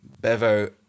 Bevo